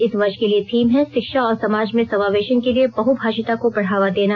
इस वर्ष के लिए थीम है शिक्षा और समाज में समावेशन के लिए बहुभाषिता को बढ़ावा देना